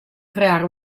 creare